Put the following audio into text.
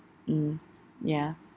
mm ya